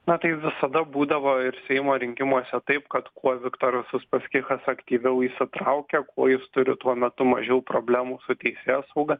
na tai visada būdavo ir seimo rinkimuose taip kad kuo viktoras uspaskichas aktyviau įsitraukia kuo jis turi tuo metu mažiau problemų su teisėsauga